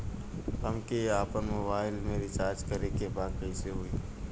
हमके आपन मोबाइल मे रिचार्ज करे के बा कैसे होई?